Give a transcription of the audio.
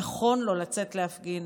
נכון לו לצאת להפגין,